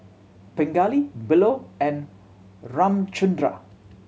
Pingali Bellur and Ramchundra